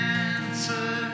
answer